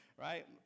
right